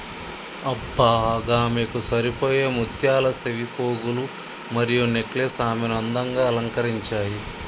అబ్బ గామెకు సరిపోయే ముత్యాల సెవిపోగులు మరియు నెక్లెస్ ఆమెను అందంగా అలంకరించాయి